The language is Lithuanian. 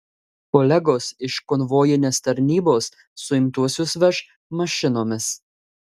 kolegos iš konvojinės tarnybos suimtuosius veš mašinomis